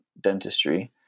dentistry